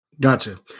Gotcha